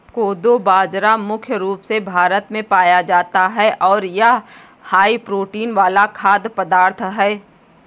कोदो बाजरा मुख्य रूप से भारत में पाया जाता है और यह हाई प्रोटीन वाला खाद्य पदार्थ है